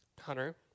hunter